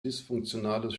dysfunktionales